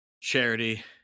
Charity